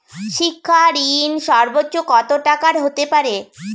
শিক্ষা ঋণ সর্বোচ্চ কত টাকার হতে পারে?